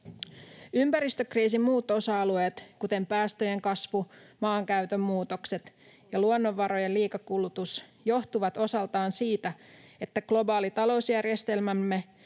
Ympäristökriisin muut osa-alueet, kuten päästöjen kasvu, maankäytön muutokset ja luonnonvarojen liikakulutus, johtuvat osaltaan siitä, että globaali talousjärjestelmämme